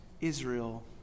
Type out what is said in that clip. Israel